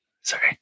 Sorry